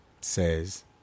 says